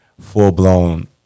full-blown –